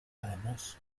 además